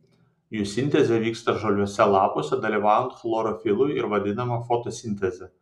jų sintezė vyksta žaliuose lapuose dalyvaujant chlorofilui ir vadinama fotosinteze